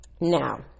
now